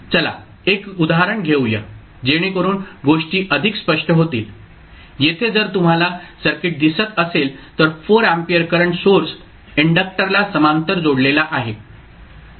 चला 1 उदाहरण घेऊया जेणेकरून गोष्टी अधिक स्पष्ट होतील येथे जर तुम्हाला सर्किट दिसत असेल तर 4 एम्पीयर करंट सोर्स इंडक्टरला समांतर जोडलेला आहे